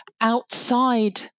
outside